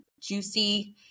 juicy